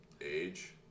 age